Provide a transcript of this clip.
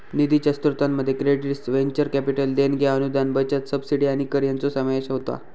निधीच्या स्रोतांमध्ये credits, venture capital देणग्या, अनुदान, बचत, सबसिडी आणि कर हयांचो समावेश होता